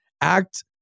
act